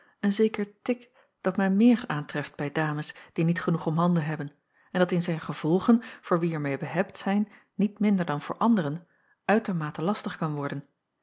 een zeker tic dat men meer aantreft bij dames die niet genoeg omhanden hebben en dat in zijn gevolgen voor wie er meê behebt zijn niet minder dan voor anderen uitermate lastig kan worden